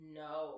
no